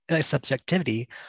subjectivity